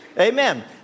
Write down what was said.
Amen